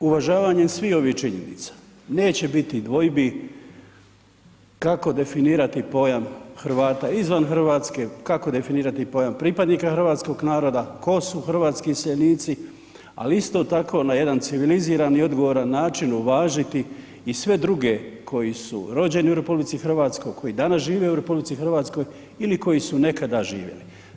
Sa uvažavanjem svih ovih činjenica neće biti dvojbi kako definirati pojam Hrvata izvan Hrvatske, kako definirati pojam pripadnika hrvatskog naroda, tko su hrvatski iseljenici, ali isto tako na jedan civiliziran i odgovoran način uvažiti i sve druge koji su rođeni u RH, koji danas žive u RH ili koji su nekada živjeli.